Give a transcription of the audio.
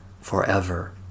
forever